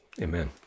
Amen